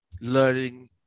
learning